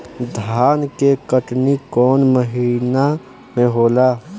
धान के कटनी कौन महीना में होला?